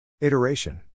Iteration